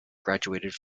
graduated